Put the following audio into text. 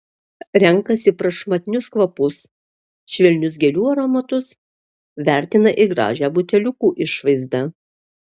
renkasi prašmatnius kvapus švelnius gėlių aromatus vertina ir gražią buteliukų išvaizdą